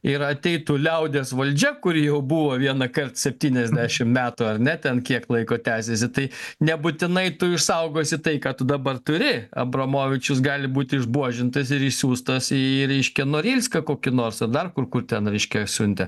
ir ateitų liaudies valdžia kuri jau buvo vienąkart septyniasdešimt metų ar ne ten kiek laiko tęsėsi tai nebūtinai tu išsaugosi tai ką tu dabar turi abramovičius gali būti išbuožintas ir išsiųstas į reiškia norilską kokį nors dar kur kur ten reiškia siuntė